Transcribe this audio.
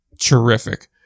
terrific